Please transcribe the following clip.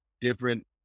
different